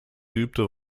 geübte